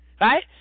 Right